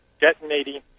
detonating